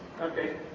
Okay